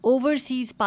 Overseas